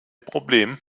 problem